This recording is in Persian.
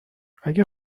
اگه